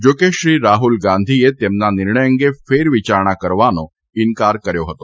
જા કે શ્રી રાહ્લ ગાંધીએ તેમના નિર્ણય અંગે ફેરવિયારણા કરવાનો ઇનકાર કર્યો હતો